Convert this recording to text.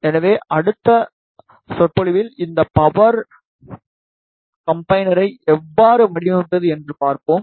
எனவே அடுத்த சொற்பொழிவில் இந்த பவர் காம்பினேர்யை எவ்வாறு வடிவமைப்பது என்று பார்ப்போம்